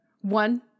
One